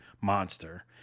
monster